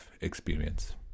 experience